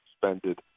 suspended